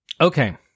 okay